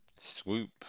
Swoop